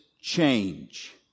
change